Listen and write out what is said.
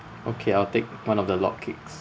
okay I'll take one of the log cakes